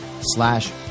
slash